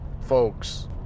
folks